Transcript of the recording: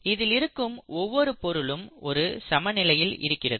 இதில் இருக்கும் ஒவ்வொரு பொருளும் ஒரு சமநிலையில் இருக்கிறது